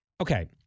Okay